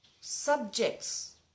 subjects